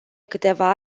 câteva